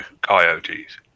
coyotes